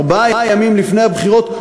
ארבעה ימים לפני הבחירות.